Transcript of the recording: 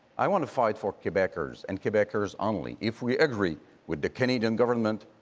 i want to fight for quebecers and quebecers only. if we agree with the canadian government,